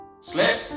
Slip